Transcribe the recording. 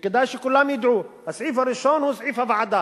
וכדאי שכולם ידעו: הסעיף הראשון הוא סעיף הוועדה.